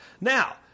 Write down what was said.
Now